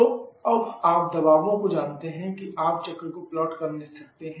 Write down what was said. तो अब आप दबावों को जानते हैं और आप चक्र को प्लॉट कर सकते हैं